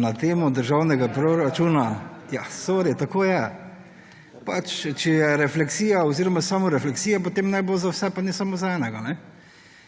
na temo državnega proračuna …/ nemir v dvorani/ Ja, sorry, tako je. Pač, če je refleksija oziroma samorefleksija, potem naj bo za vse, pa ne samo za enega.